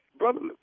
brother